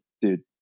dude